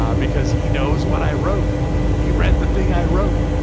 um because he knows what i wrote he read the thing i wrote